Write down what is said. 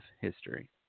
history